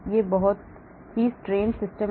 यह एक बहुत ही strained system है